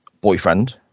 boyfriend